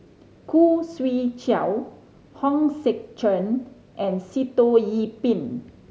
Khoo Swee Chiow Hong Sek Chern and Sitoh Yih Pin